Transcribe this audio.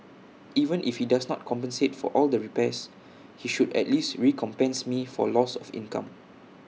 even if he does not compensate for all the repairs he should at least recompense me for loss of income